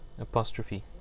apostrophe